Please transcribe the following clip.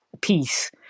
peace